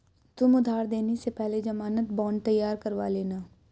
तुम उधार देने से पहले ज़मानत बॉन्ड तैयार करवा लेना